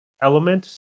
element